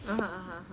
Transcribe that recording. (uh huh) (uh huh)